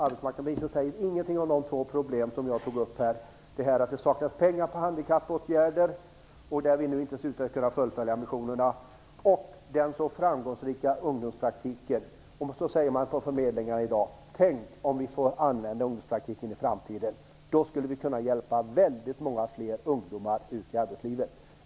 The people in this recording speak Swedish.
Arbetsmarknadsministern säger ingenting om de två problem som jag tog upp. Det gäller att det saknas pengar till handikappåtgärder. Där har vi inte lyckats fullfölja ambitionerna. Det gäller också den så framgångsrika ungdomspraktiken. På förmedlingarna säger man i dag: Tänk om vi får använda ungdomspraktiken i framtiden. Då skulle vi kunna hjälpa väldigt många fler ungdomar ut i arbetslivet.